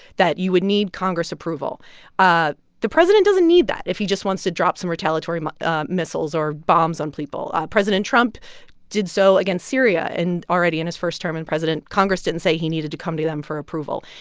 that you would need congress approval ah the president doesn't need that if he just wants to drop some retaliatory missiles or bombs on people. president trump did so against syria in already in his first term in president. congress didn't say he needed to come to them for approval.